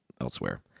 elsewhere